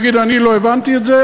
יגיד: אני לא הבנתי את זה,